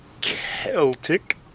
Celtic